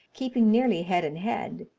keeping nearly head and head,